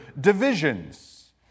divisions